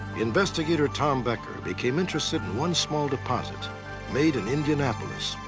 investigator tom becker became interested in one small deposit made in indianapolis.